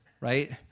right